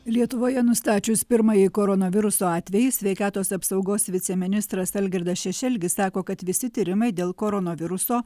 lietuvoje nustačius pirmąjį koronaviruso atvejį sveikatos apsaugos viceministras algirdas šešelgis sako kad visi tyrimai dėl koronaviruso